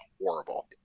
horrible